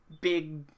big